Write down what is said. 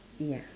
ya